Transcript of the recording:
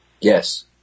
Yes